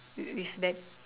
with that